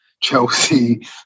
Chelsea